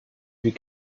wie